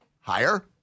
Higher